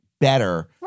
better